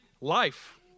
Life